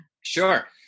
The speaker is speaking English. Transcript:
Sure